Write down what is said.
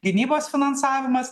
gynybos finansavimas